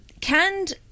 canned